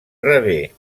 rebé